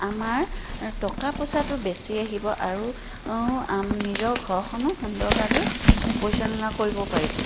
আমাৰ টকা পইচাটো বেছি আহিব আৰু নিজৰ ঘৰখনো সুন্দৰভাৱে পৰিচালনা কৰিব পাৰি